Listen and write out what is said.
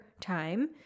time